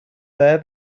there